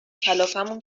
کلافمون